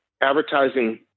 advertising